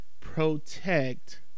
Protect